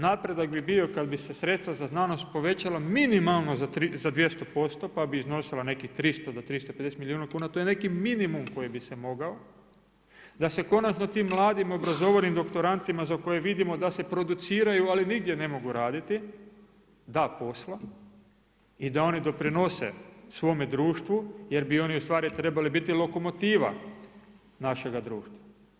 Napredak bi bio kada bi se sredstva za znanost povećala minimalno za 200% pa bi iznosila nekih 300 do 350 milijuna kuna, to je neki minimum koji bi se mogao da se konačno tim mladim obrazovanim doktorantima za koje vidimo da se produciraju ali nigdje ne mogu raditi da posla i da oni doprinose svome društvu jer bi oni ustvari trebali biti lokomotiva našega društva.